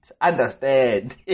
Understand